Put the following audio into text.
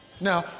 Now